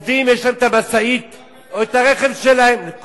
יש להם את המשאית או הרכב שלהם, הוא רק הנהג.